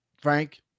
Frank